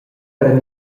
per